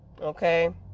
okay